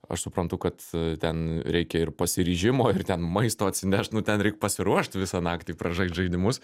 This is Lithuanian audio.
aš suprantu kad ten reikia ir pasiryžimo ir ten maisto atsinešt nu ten reik pasiruošt visą naktį pažaist žaidimus